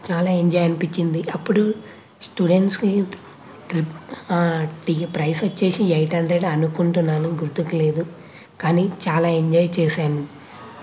చాలా ఎంజాయ్ అనిపించింది అప్పుడు స్టూడెంట్స్ని ట్రిప్ వాటి ప్రైస్ వచ్చేసి ఎయిట్ హండ్రెడ్ అనుకుంటాను గుర్తుకులేదు కానీ చాలా ఎంజాయ్ చేశాము